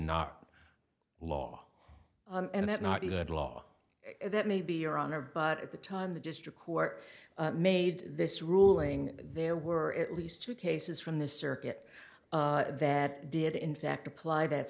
not law and that's not a good law that may be your honor but at the time the district court made this ruling there were at least two cases from the circuit that did in fact apply that